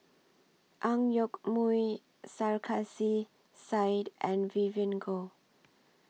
Ang Yoke Mooi Sarkasi Said and Vivien Goh